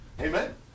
Amen